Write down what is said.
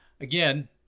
again